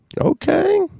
Okay